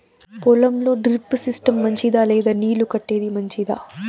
పొలం లో drip system మంచిదా లేదా నీళ్లు కట్టేది మంచిదా?